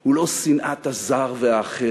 הוא לא שנאת הזר והאחר